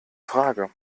frage